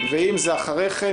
ואם זה אחרי כן,